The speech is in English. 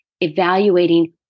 evaluating